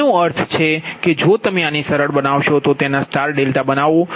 તેનો અર્થ એ કે જો તમે આને સરળ બનાવશો તો તેને સ્ટારમાં ડેલ્ટા બનાવો